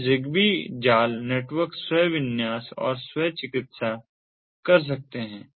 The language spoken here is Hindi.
अब ZigBee जाल नेटवर्क स्व विन्यास और स्व चिकित्सा कर सकते हैं